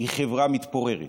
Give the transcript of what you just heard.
היא חברה מתפוררת.